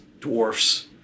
dwarfs